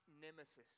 nemesis